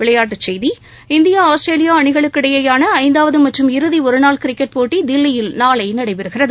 விளையாட்டுச் செய்திகள் India Australia அணிகளுக்கு இடையேயான ஐந்தாவது மற்றும் இறுதி ஒருநாள் கிரிக்கெட் போட்டி தில்லியில் நாளை நடைபெறுகிறது